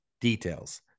Details